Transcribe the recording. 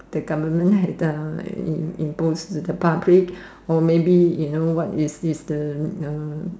the government had uh impose to the public or maybe you know what is the uh